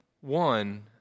One